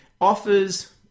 offers